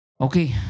Okay